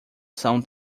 são